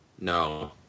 No